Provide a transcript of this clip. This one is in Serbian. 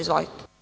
Izvolite.